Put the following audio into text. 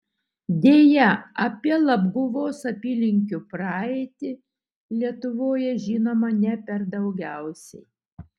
deja apie labguvos apylinkių praeitį lietuvoje žinoma ne per daugiausiai